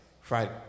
Friday